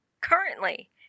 currently